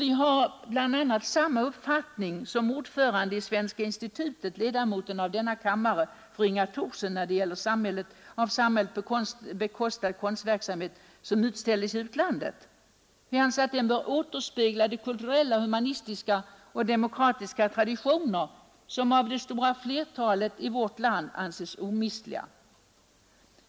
Vi har bl.a. samma uppfattning som ordföranden i Svenska institutet, ledamoten av denna kammare fru Inga Thorsson, när det gäller av samhället bekostad konst som utställes i utlandet, att den bör återspegla de kulturella, humanistiska och demokratiska traditioner som av det stora flertalet i vårt land anses omistliga.